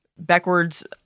backwards